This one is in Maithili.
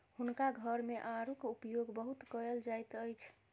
हुनका घर मे आड़ूक उपयोग बहुत कयल जाइत अछि